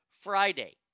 Friday